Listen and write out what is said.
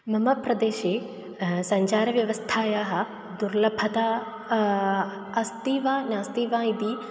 मम प्रदेशे सञ्चारव्यवस्थायाः दुर्लभता अस्ति वा नास्ति वा इति